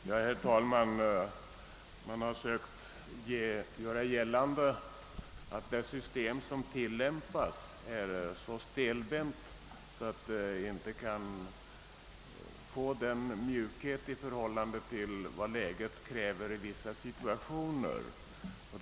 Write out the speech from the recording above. Herr talman! Man har sökt göra gällande att det system som tillämpas är så stelbent att det inte kan få den mjukhet som läget i vissa situationer kräver.